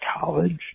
college